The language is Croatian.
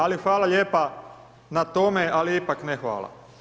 Ali, hvala lijepo na tome, ali ipak ne hvala.